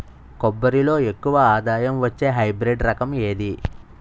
కొబ్బరి లో ఎక్కువ ఆదాయం వచ్చే హైబ్రిడ్ రకం ఏది?